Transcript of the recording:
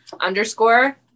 underscore